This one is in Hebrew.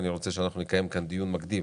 אני רוצה שנקיים כאן דיון מקדים